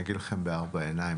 אני אגיד לכם בארבע עיניים,